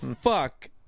fuck